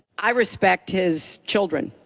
i respect his children.